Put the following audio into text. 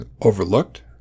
overlooked